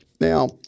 Now